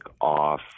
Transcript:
off